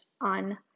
on